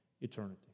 eternity